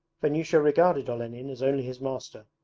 vanyusha regarded olenin as only his master,